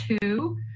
two